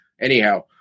Anyhow